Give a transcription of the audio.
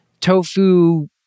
tofu